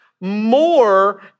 more